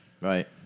right